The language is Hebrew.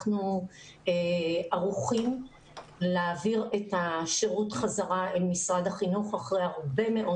אנחנו ערוכים להעביר בחזרה את השירות למשרד החינוך אחרי הרבה מאוד